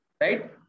right